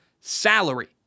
salary